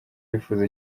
wifuza